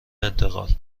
انتقال